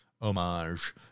homage